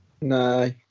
No